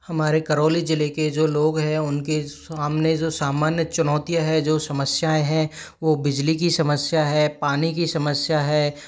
हमारे करौली ज़िले के जो लोग हैं उनके सामने जो सामान्य चुनौतियाँ हैं जो समस्याएँ हैं वह बिजली की समस्या है पानी की समस्या है